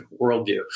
worldview